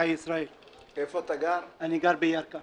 מקרקעי ישראל אני גר בירכא